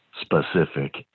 specific